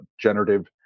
generative